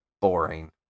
boring